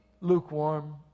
lukewarm